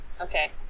Okay